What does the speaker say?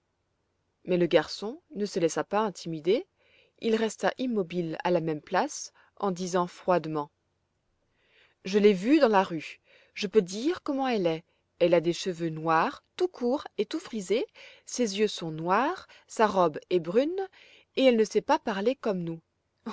mais le garçon ne se laissa pas intimider il resta immobile à la même place en disant froidement je l'ai vue dans la rue je peux dire comment elle est elle a des cheveux noirs tout courts et tout frisés ses yeux sont noirs sa robe est brune et elle ne sait pas parler comme nous